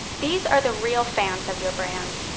these are the real fans of your brand,